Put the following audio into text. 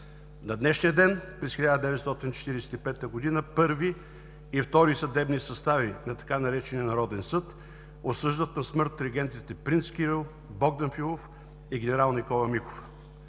На днешния ден през 1945 г. Първи и Втори съдебни състави на така наречения „Народен съд“ осъждат на смърт регентите принц Кирил, Богдан Филов и генерал Никола Михов.